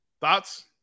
Thoughts